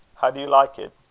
how do you like it?